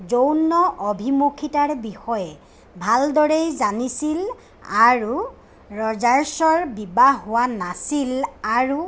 যৌন অভিমুখিতাৰ বিষয়ে ভালদৰেই জানিছিল আৰু ৰজাৰ্ছৰ বিবাহ হোৱা নাছিল আৰু